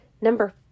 number